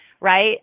right